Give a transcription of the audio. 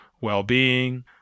well-being